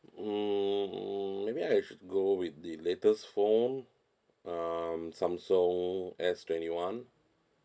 hmm maybe I should go with the latest phone um samsung S twenty one